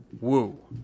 Woo